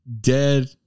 dead